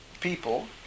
people